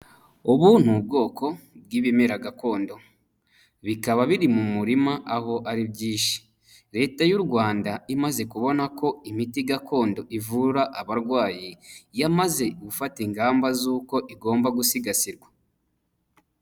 Ubu ni ubwoko bw'ibimera gakondo, bikaba biri mu murima aho ari byinshi, Leta y'u Rwanda imaze kubona ko imiti gakondo ivura abarwayi, yamaze gufata ingamba z'uko igomba gusigasirwa.